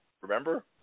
Remember